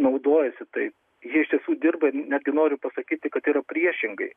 naudojasi tais jie iš tiesų dirba netgi noriu pasakyti kad yra priešingai